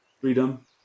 freedom